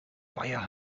weiher